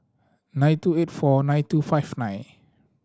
nine two eight four nine two five nine